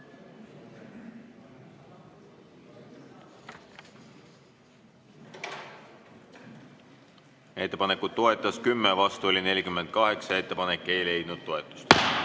Ettepanekut toetas 10, vastu oli 48. Ettepanek ei leidnud toetust.